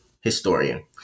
Historian